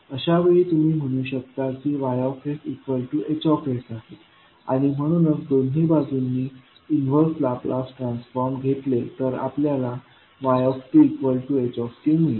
अशावेळी तुम्ही म्हणू शकता की Ys Hsआहे आणि म्हणूनच दोन्ही बाजूंनी इन्वर्स लाप्लास ट्रान्सफॉर्म घेतले तर आपल्याला y h मिळेल